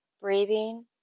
breathing